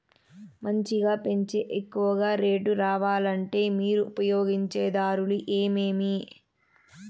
మంచిగా పెంచే ఎక్కువగా రేటు రావాలంటే మీరు ఉపయోగించే దారులు ఎమిమీ?